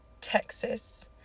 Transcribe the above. Texas